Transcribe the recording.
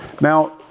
Now